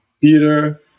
Peter